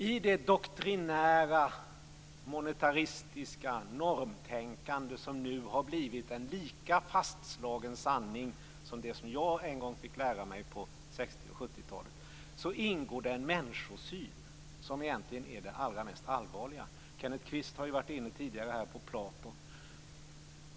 I det doktrinära monetaristiska normtänkande som nu har blivit en lika fastslagen sanning som det som jag en gång fick lära mig på 60 och 70-talen ingår en människosyn som egentligen är det allra mest allvarliga. Kenneth Kvist har ju tidigare här varit inne på Platon.